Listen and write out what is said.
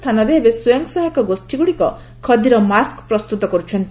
ସ୍ଥାନରେ ଏବେ ସ୍ୱୟଂସହାୟକ ଗୋଷ୍ଠୀଗୁଡ଼ିକ ଖଦୀର ମାସ୍କ ପ୍ରସ୍ତୁତ କରୁଛନ୍ତି